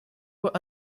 what